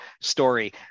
story